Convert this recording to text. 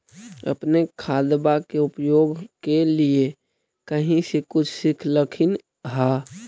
अपने खादबा के उपयोग के लीये कही से कुछ सिखलखिन हाँ?